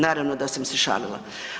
Naravno da sam se šalila.